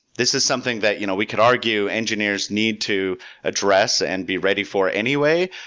this is something that you know we could argue engineers need to address and be ready for anyway,